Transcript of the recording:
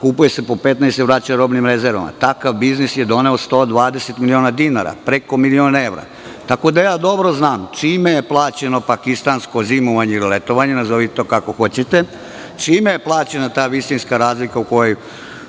kupuje se po 15, vraća robnim rezervama. Takav biznis je doneo 120 miliona dinara, preko milion evra. Tako da, dobro znam čime je plaćeno pakistansko zimovanje ili letovanje, nazovite to kako hoćete, čime je plaćena ta visinska razlika u kojoj